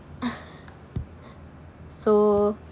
so